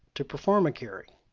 to perform a carry.